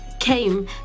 came